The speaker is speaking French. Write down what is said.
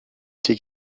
été